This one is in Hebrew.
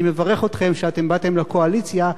אני מברך אתכם שאתם באתם לקואליציה,